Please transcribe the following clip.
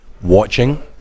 Watching